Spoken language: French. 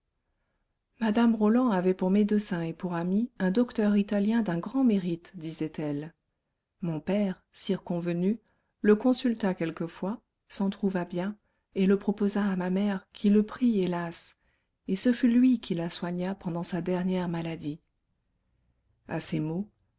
mme roland avait pour médecin et pour ami un docteur italien d'un grand mérite disait-elle mon père circonvenu le consulta quelquefois s'en trouva bien et le proposa à ma mère qui le prit hélas et ce fut lui qui la soigna pendant sa dernière maladie à